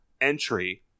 entry